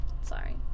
Sorry